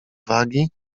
wagi